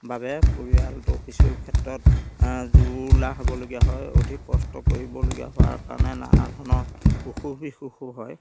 বাবে পৰিয়ালটো কিছু ক্ষেত্ৰত জুৰুলা হ'বলগীয়া হয় অধিক কষ্ট কৰিবলগীয়া হোৱাৰ কাৰণে নানা ধৰণৰ অসুখ বিসুখো হয়